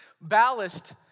Ballast